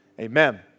amen